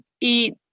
eat